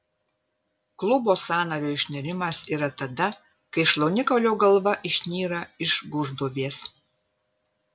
klubo sąnario išnirimas yra tada kai šlaunikaulio galva išnyra iš gūžduobės